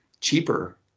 cheaper